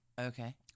okay